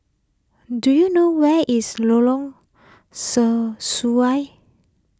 do you know where is Lorong Sesuai